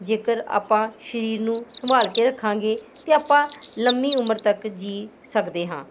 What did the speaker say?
ਜੇਕਰ ਆਪਾਂ ਸਰੀਰ ਨੂੰ ਸੰਭਾਲ ਕੇ ਰੱਖਾਂਗੇ ਅਤੇ ਆਪਾਂ ਲੰਮੀ ਉਮਰ ਤੱਕ ਜੀ ਸਕਦੇ ਹਾਂ